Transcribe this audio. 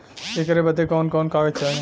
ऐकर बदे कवन कवन कागज चाही?